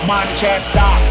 Manchester